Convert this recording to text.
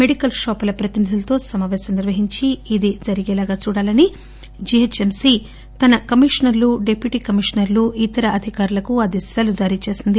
medical షాపుల ప్రతినిధులతో సమాపేశం నిర్వహించి ఇది జరిగేలా చూడాలని జీహెచఎంసీ తన కమిషనర్లు డిప్యూటీ కమిషనర్లు ఇతర అధికారులకు ఆదేశాలు జారీ చేసింది